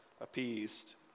appeased